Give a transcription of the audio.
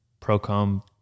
Procom